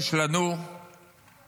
יש לנו אשמה